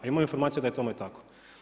A imamo informaciju da je tome tako.